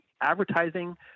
advertising